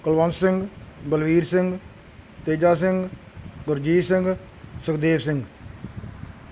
Kulwant Singh Balvir Singh Teja Singh Gurjit Singh Sukhdev Singh